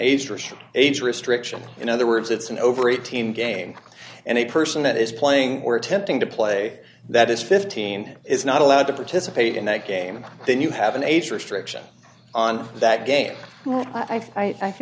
rich age restriction in other words it's an over a team game and a person that is playing or attempting to play that is fifteen is not allowed to participate in that game and then you have an age restriction on that game i